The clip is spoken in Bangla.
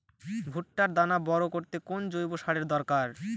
ভুট্টার দানা বড় করতে কোন জৈব সারের দরকার?